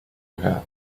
her